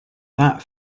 that